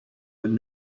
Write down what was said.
been